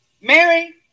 Mary